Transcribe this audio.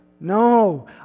No